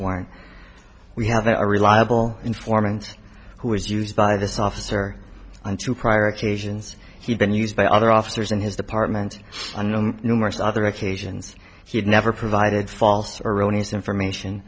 warrant we have a reliable informant who was used by this officer on two prior occasions he'd been used by other officers in his department and numerous other occasions he had never provided false or erroneous information